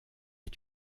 est